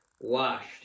washed